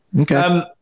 Okay